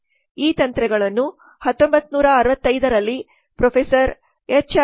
ಈ ತಂತ್ರಗಳನ್ನು 1965 ರಲ್ಲಿ ಪ್ರೊಫೆಸರ್ ಹೆಚ್